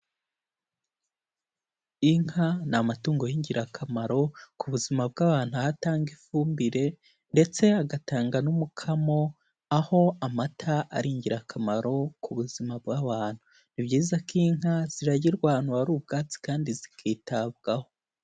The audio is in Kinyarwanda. Inka ni amatungo y'ingirakamaro ku buzima bw'abantu aho atanga ifumbire ndetse agatanga n'umukamo, aho amata ari ingirakamaro ku buzima bw'abantu. Ni byiza ko inka ziragirwa ahantu hari ubwatsi kandi zikitabwaho.